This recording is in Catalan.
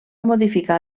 modificar